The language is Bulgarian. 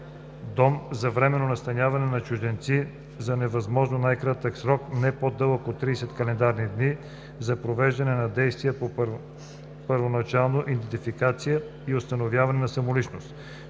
дом за временно настаняване на чужденци за възможно най-кратък срок не по-дълъг от 30 календарни дни за провеждане на действия по първоначална идентификация и установяване на самоличност.